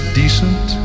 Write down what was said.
decent